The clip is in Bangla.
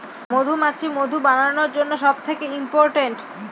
মধুমাছি মধু বানানোর জন্য সব থেকে ইম্পোরট্যান্ট